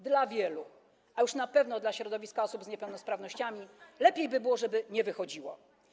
Dla wielu, a już na pewno dla środowiska osób z niepełnosprawnościami, lepiej by było, żeby nie wychodziło.